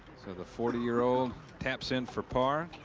the forty-year-old taps in for par.